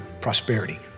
prosperity